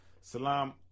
Salam